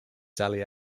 sally